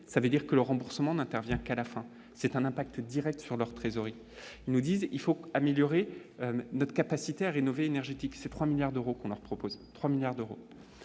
ça veut dire que le remboursement n'intervient qu'à la fin, c'est un impact Direct sur leur trésorerie nous disent : il faut améliorer notre capacité à rénover énergétique, c'est 3 milliards d'euros qu'on leur propose 3 milliards d'euros,